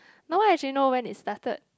no one actually know when it started